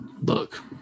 look